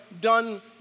done